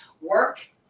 work